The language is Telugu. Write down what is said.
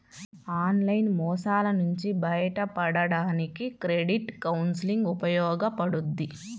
ఆన్లైన్ మోసాల నుంచి బయటపడడానికి క్రెడిట్ కౌన్సిలింగ్ ఉపయోగపడుద్ది